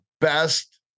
best